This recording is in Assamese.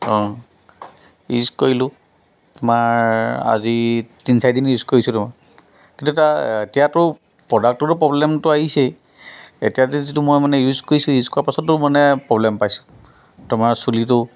অঁ ইউজ কৰিলোঁ তোমাৰ আজি তিনি চাৰিদিন ইউজ কৰিছোঁ কিন্তু তাৰ এতিয়াতো প্ৰডাক্টটোতো প্ৰব্লেমটো আহিছেই এতিয়া যিটো মই মানে ইউজ কৰিছোঁ ইউজ কৰাৰ পাছতো মানে প্ৰব্লেম পাইছোঁ তোমাৰ চুলিটো